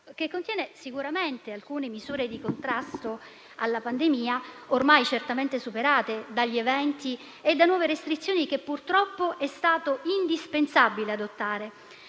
che contiene alcune misure di contrasto alla pandemia ormai certamente superate dagli eventi e dalle nuove restrizioni che purtroppo è stato indispensabile adottare;